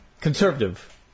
conservative